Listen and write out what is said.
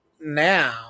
now